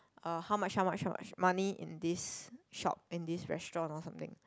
uh how much how much how much money in this shop in this restaurant or something